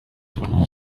von